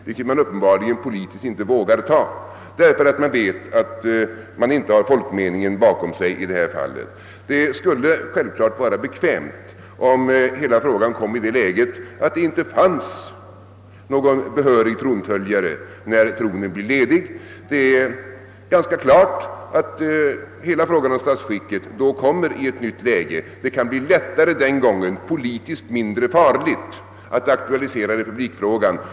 Det vågar man uppenbarligen inte, därför att man vet att partiet inte har folkmeningen bakom sig i det fallet. Det skulle naturligtvis vara bekvämt om frågan komme i det läget att det inte fanns någon behörig tronföljare, när tronen blir ledig. Det är ganska klart att hela frågan om statsskicket då kommer i ett nytt läge. Den gången kan det bli lättare och politiskt mindre farligt att aktualisera republikfrågan.